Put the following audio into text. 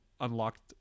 unlocked